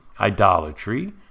idolatry